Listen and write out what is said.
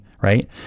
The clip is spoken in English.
right